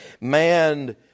man